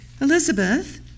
Elizabeth